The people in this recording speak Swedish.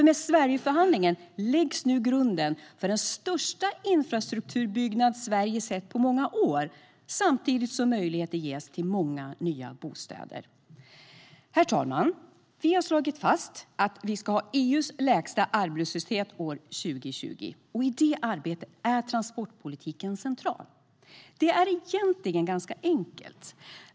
Med Sverigeförhandlingen läggs nu grunden för den största infrastrukturbyggnad Sverige sett på många år samtidigt som möjligheter ges till många nya bostäder. Herr talman! Vi har slagit fast att vi ska ha EU:s lägsta arbetslöshet år 2020. I det arbetet är transportpolitiken central. Det är egentligen ganska enkelt.